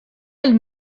elle